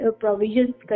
provisions